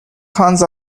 cons